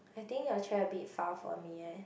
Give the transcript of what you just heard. I think your chair a bit far from me eh